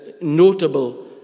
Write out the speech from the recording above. notable